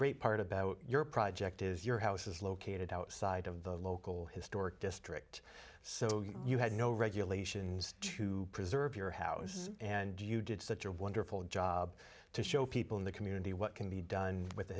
great part about your project is your house is located outside of the local historic district so you had no regulations to preserve your house and you did such a wonderful job to show people in the community what can be done with the